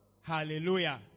Hallelujah